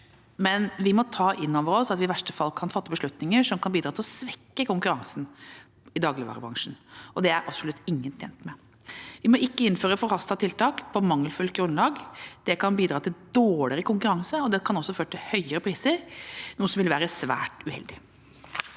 men vi må ta inn over oss at vi i verste fall kan fatte beslutninger som kan bidra til å svekke konkurransen i dagligvarebransjen, og det er absolutt ingen tjent med. Vi må ikke innføre forhastede tiltak på mangelfullt grunnlag. Det kan bidra til dårligere konkurranse, og det kan også føre til høyere priser, noe som vil være svært uheldig.